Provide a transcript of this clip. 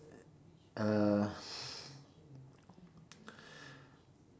uh